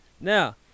now